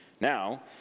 Now